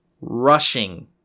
rushing